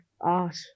art